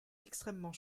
extrêmement